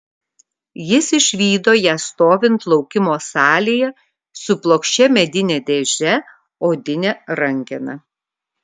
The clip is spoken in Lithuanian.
jis išvydo ją stovint laukimo salėje su plokščia medine dėže odine rankena